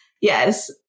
yes